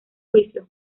juicio